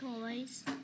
toys